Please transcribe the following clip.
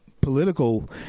political